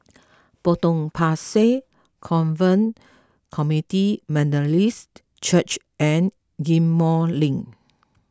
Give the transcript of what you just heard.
Potong Pasir Covenant Community Methodist Church and Ghim Moh Link